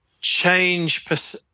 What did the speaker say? change